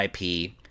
ip